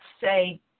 say